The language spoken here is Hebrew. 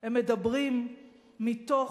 הם מדברים מתוך